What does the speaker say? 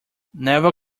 never